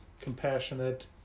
compassionate